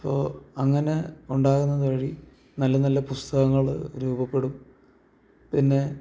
അപ്പോൾ അങ്ങനെ ഉണ്ടാവുന്നത് വഴി നല്ലനല്ല പുസ്തകങ്ങള് രൂപപ്പെടും പിന്നെ